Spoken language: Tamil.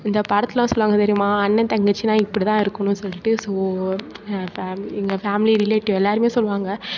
இந்த படத்திலலாம் சொல்லுவாங்க தெரியுமா அண்ணன் தங்கச்சி இப்படிதா இருக்கணும் சொல்லிட்டு ஸோ எங்கள் ஃபேமிலி ரிலேட்டிவ் எல்லாருமே சொல்லுவாங்க